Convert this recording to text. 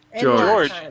George